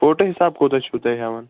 photo حِساب کوٗتاہ چھو تُہۍ ہیٚوان